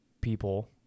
people